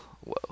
whoa